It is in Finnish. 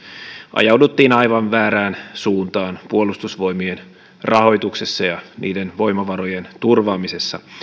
ajauduttiin aivan väärään suuntaan puolustusvoimien rahoituksessa ja niiden voimavarojen turvaamisessa